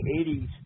80s